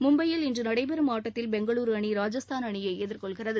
மும்பயில் இன்று நடைபெறும் ஆட்டத்தில் பெங்களுரு அணி ராஜஸ்தான் அணியை எதிர்கொள்கிறது